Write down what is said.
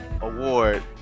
award